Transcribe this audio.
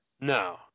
No